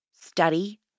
study